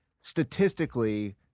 statistically